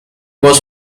was